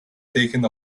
taken